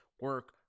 Work